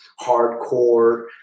hardcore